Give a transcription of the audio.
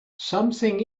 something